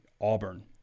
Auburn